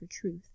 truth